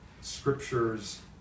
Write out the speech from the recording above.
scriptures